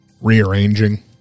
rearranging